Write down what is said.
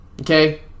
Okay